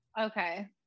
Okay